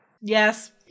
Yes